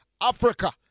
Africa